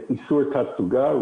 איסור תצוגה.